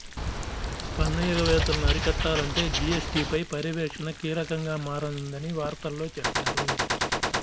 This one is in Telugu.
పన్ను ఎగవేతలను అరికట్టాలంటే జీ.ఎస్.టీ పై పర్యవేక్షణ కీలకంగా మారనుందని వార్తల్లో చెప్పారు